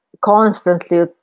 constantly